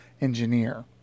engineer